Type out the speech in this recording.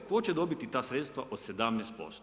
Tko će dobiti ta sredstva od 17%